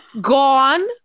Gone